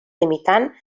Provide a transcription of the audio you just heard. limitant